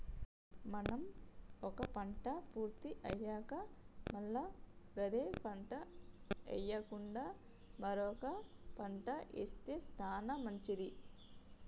మనం ఒక పంట పూర్తి అయ్యాక మల్ల గదే పంట ఎయ్యకుండా మరొక పంట ఏస్తె సానా మంచిది